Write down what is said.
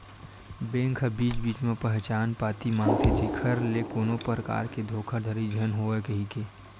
bank ह बीच बीच म पहचान पती मांगथे जेखर ले कोनो परकार के धोखाघड़ी झन होवय कहिके